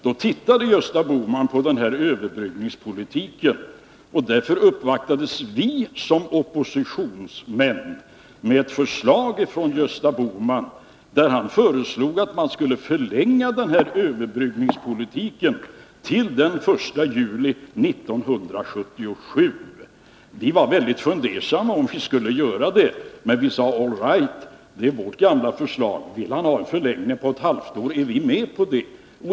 Då tittade Gösta Bohman på den här överbryggningspolitiken, och därför uppvaktades vi som oppositionsmän med ett förslag från honom om att man skulle förlänga överbryggningspolitiken till den 1 juli 1977. Vi var väldigt fundersamma om vi skulle göra det, men vi sade: All right, det är vårt gamla förslag. Vill han ha en förlängning på ett halvt år är vi med på det.